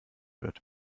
wird